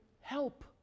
help